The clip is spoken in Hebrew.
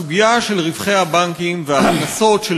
הסוגיה של רווחי הבנקים וההכנסות של